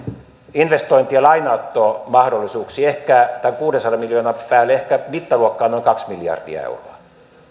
investointi ja lainanottomahdollisuuksiin ehkä tämän kuudensadan miljoonan päälle mittaluokkaa noin kaksi miljardia euroa